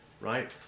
right